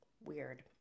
Weird